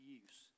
use